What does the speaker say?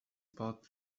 about